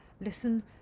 Listen